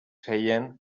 feien